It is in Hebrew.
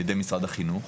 על ידי משרד החינוך,